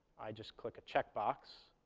i just click a check box.